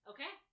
Okay